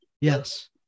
yes